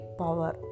power